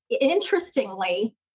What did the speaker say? interestingly